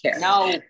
No